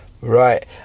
Right